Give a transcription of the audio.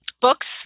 Books